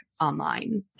online